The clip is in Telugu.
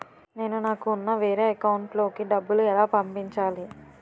నేను నాకు ఉన్న వేరే అకౌంట్ లో కి డబ్బులు ఎలా పంపించాలి?